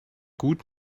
gut